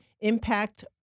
impact